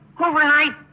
overnight